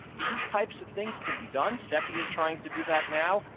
these types of things can be done. cepi is trying to do that now.